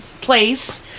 Place